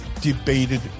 debated